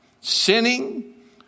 sinning